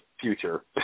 future